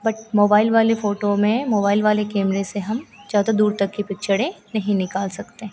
but mobile वाली photo में mobile वाले कैमरे से हम ज़्यादा दूर तक की पिक्चरें नहीं निकाल सकते हैं